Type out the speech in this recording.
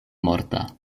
morta